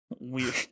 Weird